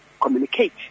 communicate